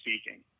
speaking